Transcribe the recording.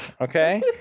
Okay